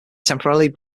temporarily